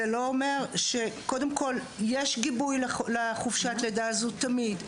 יש גיבוי לחופשת הלידה הזאת תמיד.